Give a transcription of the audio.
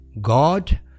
God